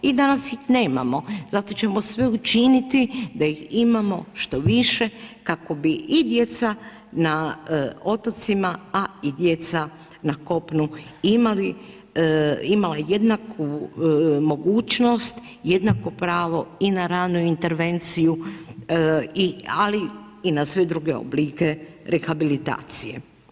I danas ih nemamo, zato ćemo sve učiniti da ih imamo što više kako bi i djeca na otocima a i djeca na kopunu imala jednaku mogućnost, jednako pravo i na ranu intervenciju ali i na sve druge oblike rehabilitacije.